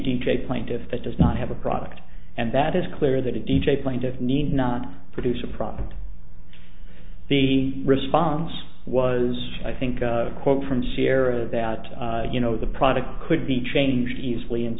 a plaintiff that does not have a product and that is clear that a d j plaintiffs need not produce a product the response was i think a quote from sierra that you know the product could be changed easily and